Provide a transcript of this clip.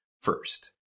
first